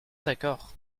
d’accord